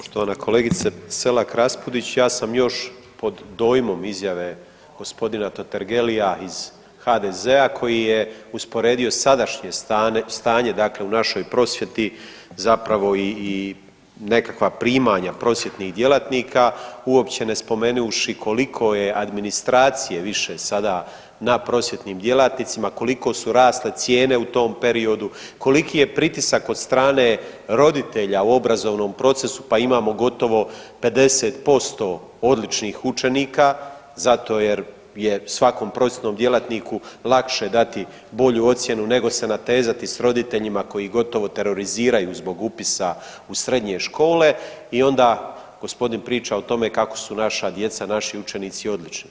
Poštovana kolegice Selak Raspudić, ja sam još pod dojmom izjave g. Totgergelia iz HDZ-a koji je usporedio sadašnje stanje dakle u našoj prosvjeti zapravo i nekakva primanja prosvjetnih djelatnika uopće ne spomenuvši koliko je administracije više sada na prosvjetnim djelatnicima, koliko su rasle cijene u tom periodu, koliki je pritisak od strane roditelja u obrazovnom procesu, pa imamo gotovo 50% odličnih učenika zato jer je svakom prosvjetnom djelatniku lakše dati bolju ocjenu nego se natezati s roditeljima koji gotovo teroriziraju zbog upisa u srednje škole i onda gospodin priča o tome kako su naša djeca i naši učenici odlični.